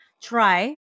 try